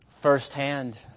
firsthand